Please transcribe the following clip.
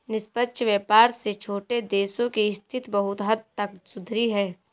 निष्पक्ष व्यापार से छोटे देशों की स्थिति बहुत हद तक सुधरी है